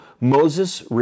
Moses